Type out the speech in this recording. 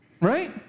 right